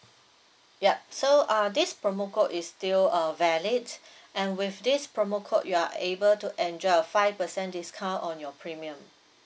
yup so uh this promo code is still uh valid and with this promo code you are able to enjoy a five percent discount on your premium